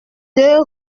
deux